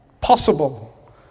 possible